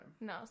No